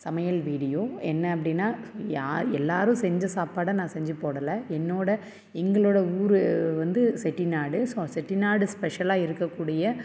சமையல் வீடியோ என்ன அப்படின்னா யார் எல்லாேரும் செஞ்ச சாப்பாடை நான் செஞ்சு போடலை என்னோட எங்களோட ஊர் வந்து செட்டிநாடு ஸோ செட்டிநாடு ஸ்பெஷலாக இருக்கக்கூடிய